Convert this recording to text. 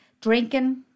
Drinking